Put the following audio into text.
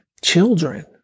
children